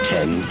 Ten